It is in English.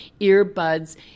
earbuds